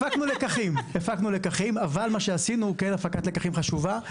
הפקנו לקחים, הפקת לקחים חשובה.